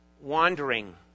wandering